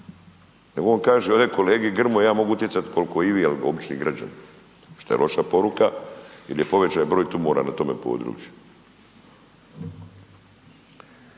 nego on kaže ovdje kolegi Grmoji ja mogu utjecati koliko i vi, jel, obični građani, šta je loša poruka jer je povećan broj tumora na tome području.